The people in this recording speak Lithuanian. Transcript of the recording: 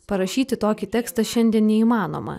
parašyti tokį tekstą šiandien neįmanoma